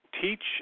teach